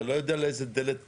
אתה לא יודע לאיזה דלת התפרצת,